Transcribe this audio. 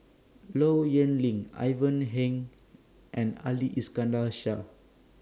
Low Yen Ling Ivan Heng and Ali Iskandar Shah